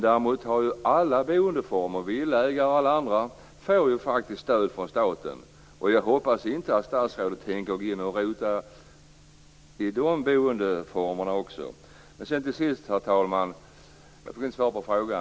Däremot får ju alla boendeformer, det gäller villaägare och alla andra, faktiskt stöd från staten. Jag hoppas inte att statsrådet tänker gå in och rota i de boendeformerna också. Till sist, herr talman, fick jag inte svar på min fråga.